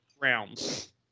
rounds